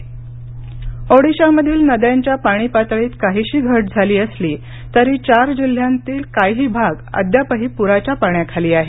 ओडिशा ओडिशामधील नद्यांच्या पाणी पातळीत काहीशी घट झाली असली तरी चार जिल्ह्यांतील काही भाग अद्यापही पूराच्या पाण्याखाली आहे